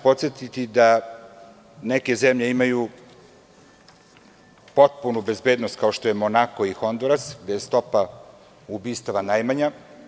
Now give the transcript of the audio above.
Podsetiću da neke zemlje imaju potpunu bezbednost, kao što je Monako i Honduras, gde je stopa ubistava najmanja.